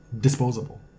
disposable